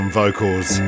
vocals